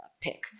pick